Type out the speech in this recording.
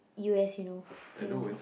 u_s you know you know